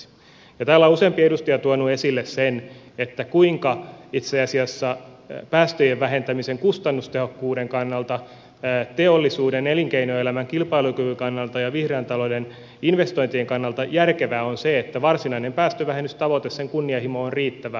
täällä on useampi edustaja tuonut esille sen kuinka itse asiassa päästöjen vähentämisen kustannustehokkuuden kannalta teollisuuden ja elinkeinoelämän kilpailukyvyn kannalta ja vihreän talouden investointien kannalta järkevää on se että varsinaisen päästövähennystavoitteen kunnianhimo on riittävä